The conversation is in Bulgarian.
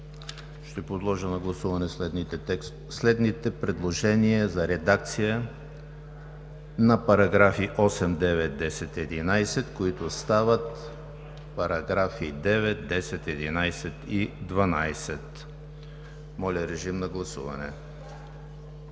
Подлагам на гласуване следните предложения за редакция на параграфи 8, 9, 10, 11, които стават параграфи 9, 10, 11, 12. Гласували